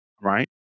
right